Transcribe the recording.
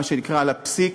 מה שנקרא "על הפסיק",